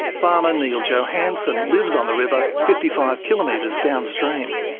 farmer neal johansen lives on the river fifty five kilometres downstream.